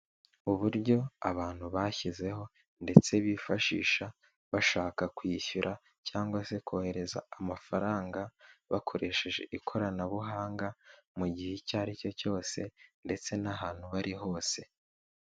Uburyo abantu bashyizeho ndetse bifashisha bashaka kwishyura cyangwa se kohereza amafaranga bakoresheje ikoranabuhanga mu gihe icyo ari cyo cyose ndetse n'ahantu bari hose.